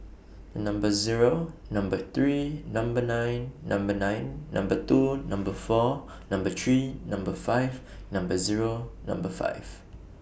The Number Zero Number three Number nine Number nine Number two Number four Number three Number five Number Zero Number five